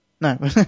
No